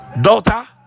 daughter